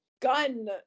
gun